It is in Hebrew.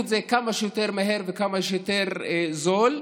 את זה כמה שיותר מהר וכמה שיותר זול.